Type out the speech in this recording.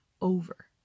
over